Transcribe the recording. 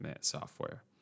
software